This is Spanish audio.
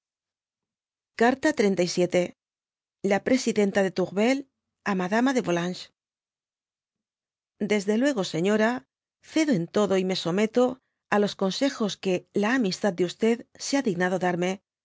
carta xxxvil la presidenta de touriel á madama de volanges l esd luego señora cedo en todo y me someto á los consejos que la amistad de se ha dignado darme pues